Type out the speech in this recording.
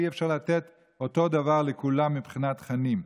ואי-אפשר לתת אותו דבר לכולם מבחינת תכנים.